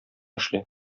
эшлә